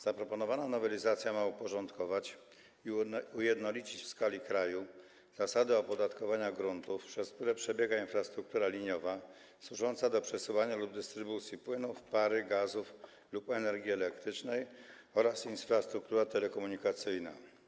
Zaproponowana nowelizacja ma uporządkować i ujednolicić w skali kraju zasady opodatkowania gruntów, przez które przebiega infrastruktura liniowa służąca do przesyłania lub dystrybucji płynów, pary, gazów lub energii elektrycznej oraz infrastruktura telekomunikacyjna.